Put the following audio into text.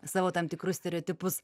savo tam tikrus stereotipus